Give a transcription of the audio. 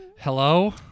Hello